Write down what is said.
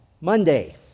Monday